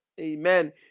Amen